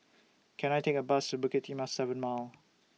Can I Take A Bus to Bukit Timah seven Mile